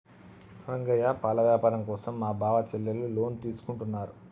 రంగయ్య పాల వ్యాపారం కోసం మా బావ చెల్లెలు లోన్ తీసుకుంటున్నారు